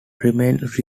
remained